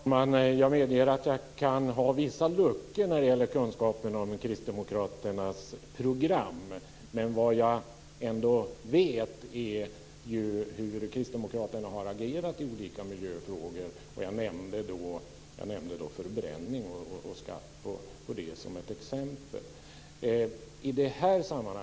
Fru talman! Jag medger att jag kan ha vissa luckor i kunskapen om kristdemokraternas program. Men jag vet ändå hur kristdemokraterna har agerat i olika miljöfrågor. Jag nämnde skatt på förbränning som ett exempel.